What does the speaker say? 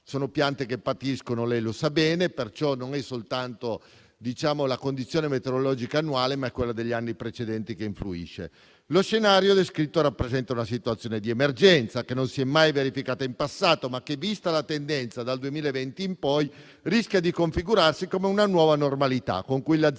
Sono piante che patiscono - lei, signor Ministro, lo sa bene - non soltanto la condizione meteorologica annuale, ma anche quella degli anni precedenti. Lo scenario descritto rappresenta una situazione di emergenza che non si è mai verificata in passato, ma che, vista la tendenza dal 2020 in poi, rischia di configurarsi come una nuova normalità con cui le aziende